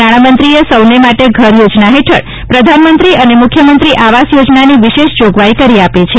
નાણામંત્રીએ સૌને માટે ઘર યોજના હેઠળ પ્રધાનમંત્રી અને મુખ્યમંત્રી આવાસ યોજનાને વિશેષ જોગવાઇ કરી આપી છે